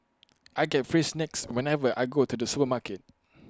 I get free snacks whenever I go to the supermarket